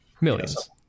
millions